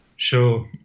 Sure